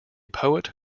poet